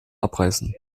abreißen